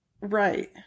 right